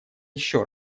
ещё